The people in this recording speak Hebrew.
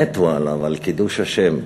מתו עליו, על קידוש השם.